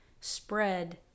spread